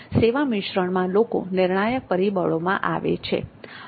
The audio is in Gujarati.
સેવા મિશ્રણમાં લોકો નિર્ણાયક પરિબળોમાં આવે છે